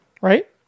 right